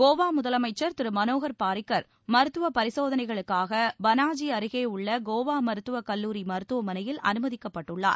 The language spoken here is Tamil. கோவா முதலமைச்சர் திரு மனோகர் பாரிக்கர் மருத்துவப் பரிசோதனைகளுக்காக பனாஜி அருகே உள்ள கோவா மருத்துவக் கல்லூரி மருத்துவமனையில் அனுமதிக்கப்பட்டுள்ளார்